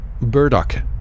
burdock